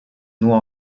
noie